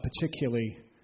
particularly